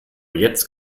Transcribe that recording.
jetzt